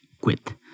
quit